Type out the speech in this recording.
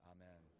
Amen